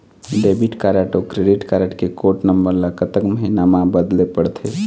Debit card अऊ credit card के code number ला कतक महीना मा बदले पड़थे?